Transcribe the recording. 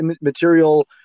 material